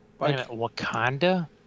Wakanda